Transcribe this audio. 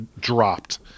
dropped